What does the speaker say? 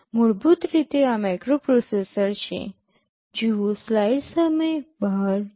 મૂળભૂત રીતે આ માઇક્રોપ્રોસેસર છે